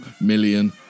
million